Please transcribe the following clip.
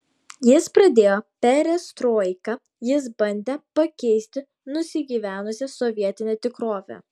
jis pradėjo perestroiką jis bandė pakeisti nusigyvenusią sovietinę tikrovę